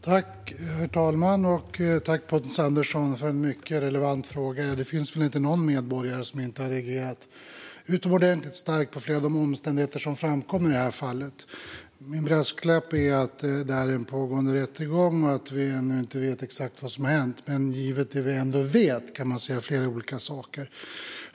Herr talman! Tack för en mycket relevant fråga, Pontus Andersson! Det finns väl inte någon medborgare som inte reagerat utomordentligt starkt på flera av de omständigheter som framkommer i det här fallet. Min brasklapp är att det är en pågående rättsutredning och att vi ännu inte vet exakt vad som hänt. Men givet det vi vet kan man ändå säga flera olika saker.